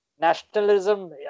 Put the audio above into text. Nationalism